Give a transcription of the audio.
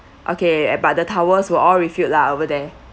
okay but the towels were all refilled lah over there